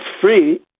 free